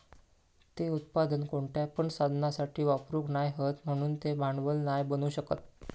ते उत्पादन कोणत्या पण साधनासाठी वापरूक नाय हत म्हणान ते भांडवल नाय बनू शकत